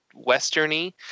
westerny